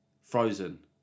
Frozen